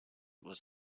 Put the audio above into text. was